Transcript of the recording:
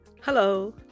Hello